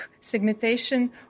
segmentation